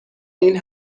این